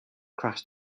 crash